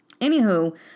Anywho